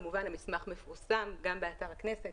המסמך מפורסם גם באתר הכנסת,